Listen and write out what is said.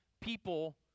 people